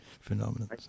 phenomenon